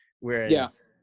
whereas